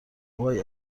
وای